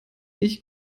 ich